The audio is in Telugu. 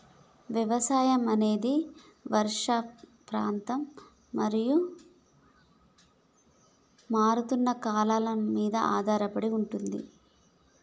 వ్యవసాయం అనేది వర్షపాతం మరియు మారుతున్న కాలాల మీద ఆధారపడి ఉంటది